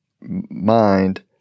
mind